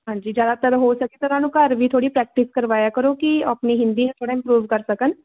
ਹਾਂਜੀ ਜ਼ਿਆਦਾਤਰ ਹੋ ਸਕੇ ਤਾਂ ਉਹਨਾਂ ਨੂੰ ਘਰ ਵੀ ਥੋੜ੍ਹੀ ਪ੍ਰੈਕਟਿਸ ਕਰਵਾਇਆ ਕਰੋ ਕਿ ਆਪਣੀ ਹਿੰਦੀ ਨੂੰ ਥੋੜ੍ਹਾ ਇੰਪਰੂਵ ਕਰ ਸਕਣ